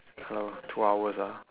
hello two hours ah